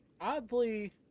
oddly